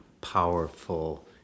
powerful